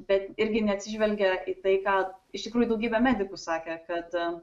bet irgi neatsižvelgia į tai ką iš tikrųjų daugybė medikų sakė kad